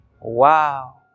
Wow